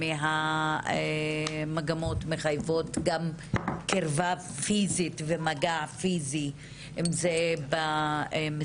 מהמגמות מחייבות קרבה פיזית ומגע פיזי במשחק,